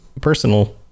personal